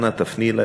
אנא תפני אלי,